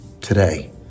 today